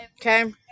okay